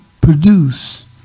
produce